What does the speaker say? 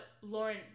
Lauren